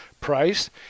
Price